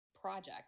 project